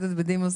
וטכנולוגיה.